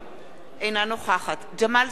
אינה נוכחת ג'מאל זחאלקה,